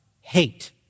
hate